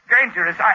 Dangerous